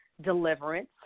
deliverance